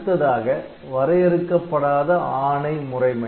அடுத்ததாக வரையறுக்கப்படாத ஆணை முறைமை